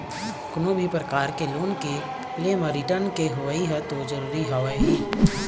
कोनो भी परकार के लोन के ले म रिर्टन के होवई ह तो जरुरी हवय ही